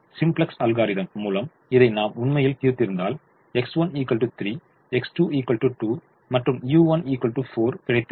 simplex algorithm மூலம் இதை நாம் உண்மையில் தீர்த்திருந்தால் X1 3 X2 2 மற்றும் u3 4 கிடைத்திருக்கும்